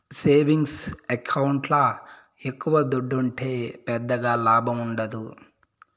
savings ఎకౌంట్ల ఎక్కవ దుడ్డుంటే పెద్దగా లాభముండదు